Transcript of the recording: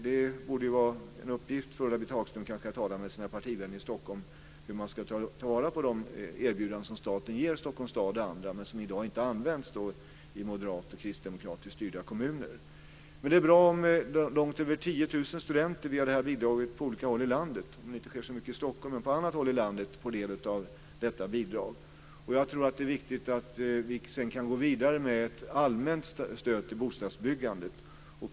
Det borde kanske vara en uppgift för Ulla-Britt Hagström att tala med sina partivänner i Stockholm om hur man ska ta vara på de erbjudanden som staten ger Stockholms stad och andra men som inte används i moderat styrda och kristdemokratiskt styrda kommuner. Det är bra om långt över 10 000 studenter via bidraget på olika håll i landet - även om det inte sker så mycket i Stockholm händer saker på annat håll i landet - får del av detta bidrag. Det är viktigt att vi sedan kan gå vidare med ett allmänt stöd till bostadsbyggandet.